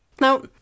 Now